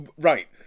right